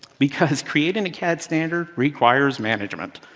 because creating a cad standard requires management.